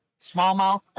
smallmouth